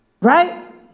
right